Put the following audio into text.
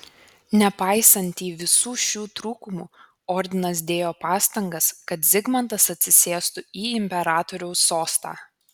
nepaisantį visų šių trūkumų ordinas dėjo pastangas kad zigmantas atsisėstų į imperatoriaus sostą